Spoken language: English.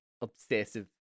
obsessive